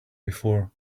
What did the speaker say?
before